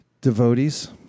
devotees